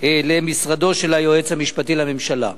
למשרדו של היועץ המשפטי לממשלה.